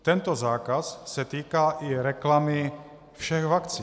Tento zákaz se týká i reklamy všech vakcín.